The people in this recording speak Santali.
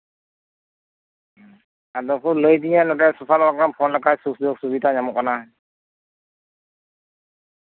ᱟᱫᱚ ᱠᱚ ᱞᱟᱹᱭᱟᱫᱤᱧᱟ ᱱᱚᱸᱰᱮ ᱥᱳᱥᱟᱞ ᱚᱣᱟᱨᱠ ᱨᱮᱢ ᱯᱷᱳᱱ ᱞᱮᱠᱷᱟᱱ ᱥᱩᱡᱳᱜᱽ ᱥᱩᱵᱤᱛᱟ ᱠᱚ ᱧᱟᱢᱚᱜ ᱠᱟᱱᱟ